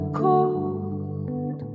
cold